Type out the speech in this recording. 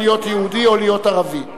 להיות יהודי או להיות ערבי,